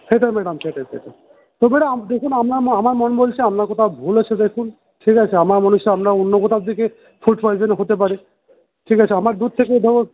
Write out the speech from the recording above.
সেটাই ম্যাডাম সেটাই সেটাই তো ম্যাডাম দেখুন আপনার আমার মন বলছে আপনার কোথাও ভুল হচ্ছে দেখুন ঠিক আছে আমার মনে হচ্ছে আপনার অন্য কোথাও থেকে ফুড পয়জন হতে পারে ঠিক আছে আমার দুধ থেকে বরং